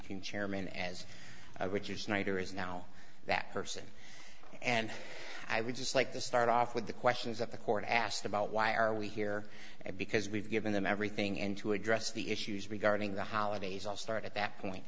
can chairman as i would you snyder is now that person and i would just like to start off with the questions that the court asked about why are we here because we've given them everything and to address the issues regarding the holidays i'll start at that point